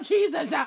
Jesus